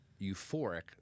euphoric